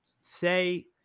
say